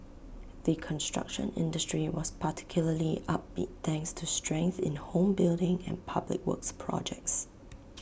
the construction industry was particularly upbeat thanks to strength in home building and public works projects